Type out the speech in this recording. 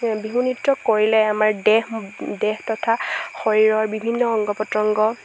বিহু নৃত্য কৰিলে আমাৰ দেহ দেহ তথা শৰীৰৰ বিভিন্ন অংগ পতংগ